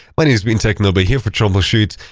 my name has been technobo, here for troublechute.